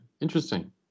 interesting